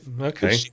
Okay